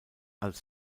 als